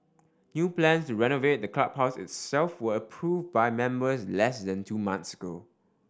new plans to renovate the clubhouse itself were approved by members less than two months ago